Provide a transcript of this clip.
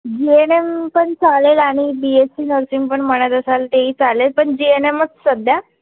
जे N M पण चालेल आणि बी एस सी नर्सिंग पण म्हणत असाल तेही चालेल पण जे एन एमच सध्या